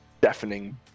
deafening